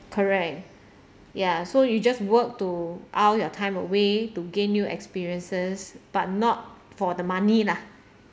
correct ya so you just work to all your time away to gain new experiences but not for the money lah